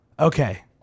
Okay